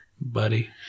Buddy